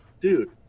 dude